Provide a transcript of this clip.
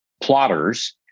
plotters